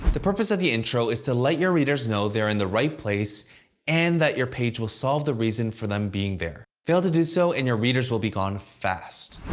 the purpose of the intro is to let your readers know they're in the right place and that your page will solve the reason for them being there. fail to do so and your readers will be gone fast.